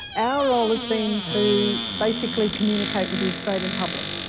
our role has been to basically communicate with the australian public.